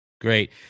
Great